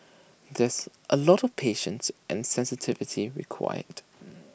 there's A lot of patience and sensitivity required